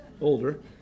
older